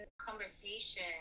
conversation